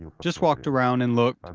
just walked around and looked.